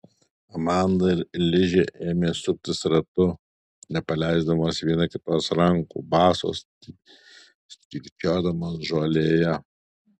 amanda ir ližė ėmė suktis ratu nepaleisdamos viena kitos rankų basos strykčiodamos žolėje